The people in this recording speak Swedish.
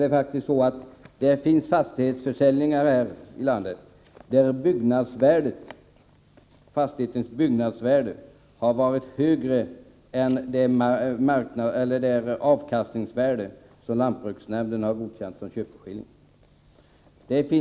Det finns exempel på fastighetsförsäljningar, Lennart Brunander, där byggnadsvärdet har varit högre än det avkastningsvärde som lantbruksnämnden har godkänt som köpeskilling.